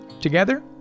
Together